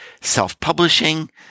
Self-publishing